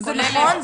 זה נכון.